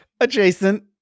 Adjacent